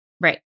Right